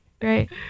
Great